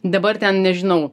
dabar ten nežinau